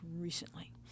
recently